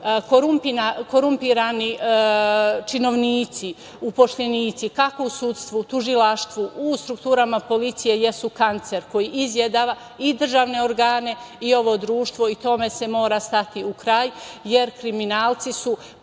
pokazati. Korumpirani činovnici, uposlenici kako u sudstvu, tužilaštvu, u strukturama policije jesu kancer koji izjeda i državne organe i ovo društvo i tome se mora stati u kraj, jer kriminalci su